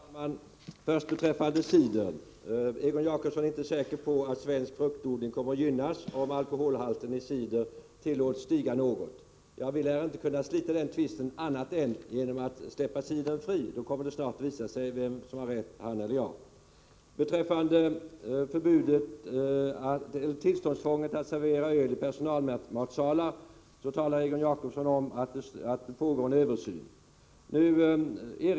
Herr talman! Först några ord i frågan om cider. Egon Jacobsson är inte säker på att svensk fruktodling kommer att gynnas om alkoholhalten i cider tillåts stiga något. Ja, vi lär inte kunna lösa den tvisten på annat sätt än att släppa cidern fri. Då kommer det snart att visa sig vem som har rätt — Egon Jacobsson eller jag. Beträffande tillståndskrånglet när det gäller att få servera öli personalmatsalar talar Egon Jacobsson om att det pågår en översyn.